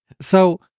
So-